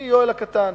אני יואל הקטן,